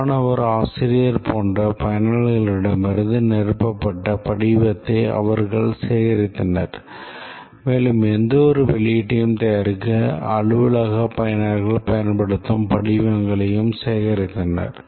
மாணவர் ஆசிரியர் போன்ற பயனர்களிடமிருந்து நிரப்பப்பட்ட படிவத்தை அவர்கள் சேகரித்தனர் மேலும் எந்தவொரு வெளியீட்டையும் தயாரிக்க அலுவலக பயனர்கள் பயன்படுத்தும் படிவங்களையும் சேகரித்தனர்